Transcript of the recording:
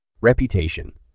Reputation